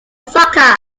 soccer